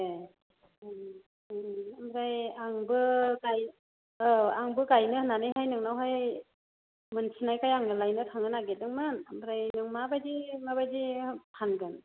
ए ओमफ्राय आंबो औ आंबो गायनो होननानैहाय नोंनावहाय मोनथिनायखाय आंनो लायनो थांनो नागिरदोंमोन ओमफ्राय नों माबायदि माबायदि फानगोन